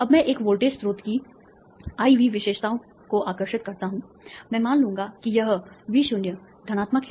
अब मैं एक वोल्टेज स्रोत की I V विशेषताओं को आकर्षित करता हूं मैं मान लूंगा कि यह V0 धनात्मक है